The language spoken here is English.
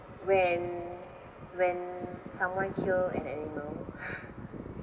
when when someone kill an animal